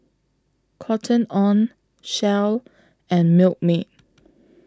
Cotton on Shell and Milkmaid